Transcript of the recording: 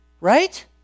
Right